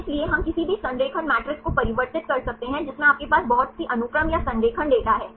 इसलिए हम इस किसी भी संरेखण मैट्रिक्स को परिवर्तित कर सकते हैं जिसमें आपके पास बहुत सी अनुक्रम या संरेखण डेटा है